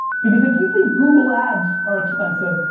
because if you think google ads are expensive,